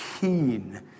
keen